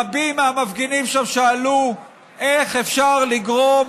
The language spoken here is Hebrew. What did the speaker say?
רבים מהמפגינים שם שאלו איך אפשר לגרום